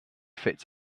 fits